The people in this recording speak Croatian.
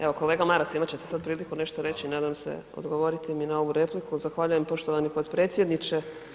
Evo kolega Maras, imat ćete sad priliku nešto reći i nadam se odgovoriti mi na ovu repliku, zahvaljujem poštovani potpredsjedniče.